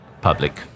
public